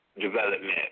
development